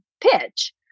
pitch